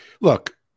Look